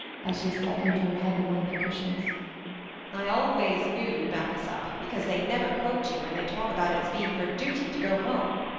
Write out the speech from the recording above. as she settled her head among the cushions i always knew you'd back us up, because they never quote you when they talk about its being her duty to go home.